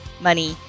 money